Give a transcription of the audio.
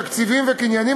תקציביים וקנייניים,